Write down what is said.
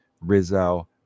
Rizzo